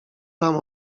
tam